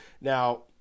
Now